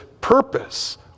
purpose